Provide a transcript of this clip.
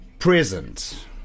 present